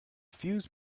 fuse